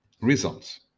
results